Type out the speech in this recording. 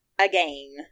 again